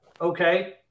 Okay